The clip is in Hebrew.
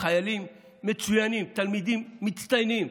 שחיילים מצוינים, תלמידים מצטיינים,